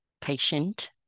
patient